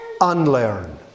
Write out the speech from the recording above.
unlearn